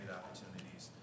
opportunities